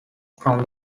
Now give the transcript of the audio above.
from